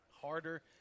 harder